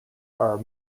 are